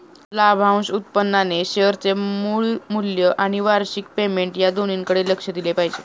लाभांश उत्पन्नाने शेअरचे मूळ मूल्य आणि वार्षिक पेमेंट या दोन्हीकडे लक्ष दिले पाहिजे